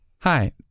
Hi